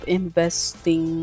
investing